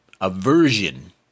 Aversion